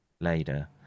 later